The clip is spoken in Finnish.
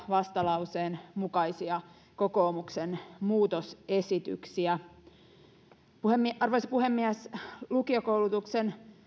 vastalauseen mukaisia kokoomuksen muutosesityksiä arvoisa puhemies lukiokoulutuksen